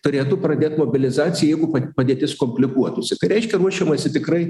turėtų pradėt mobilizaciją jeigu padėtis komplikuotųsi tai reiškia ruošiamasi tikrai